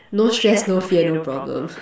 no stress no fear no problem